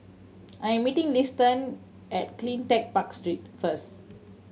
I am meeting Liston at Cleantech Park Street first